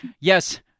yes